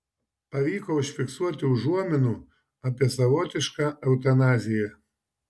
pavyko užfiksuoti užuominų apie savotišką eutanaziją